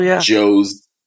Joe's